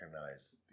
recognize